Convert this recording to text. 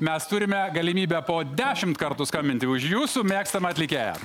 mes turime galimybę po dešimt kartų skambinti už jūsų mėgstamą atlikėją